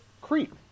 creep